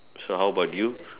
so how bout you